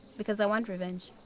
because i want revenge.